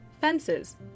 Fences